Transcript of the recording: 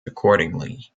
accordingly